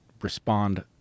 respond